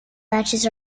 matches